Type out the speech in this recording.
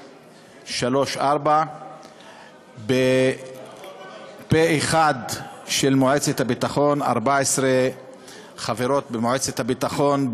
2334. פה-אחד של מועצת הביטחון: 14 חברות במועצת הביטחון,